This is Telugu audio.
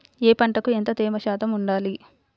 ఏ పంటకు ఎంత తేమ శాతం ఉండాలి?